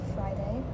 Friday